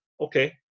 Okay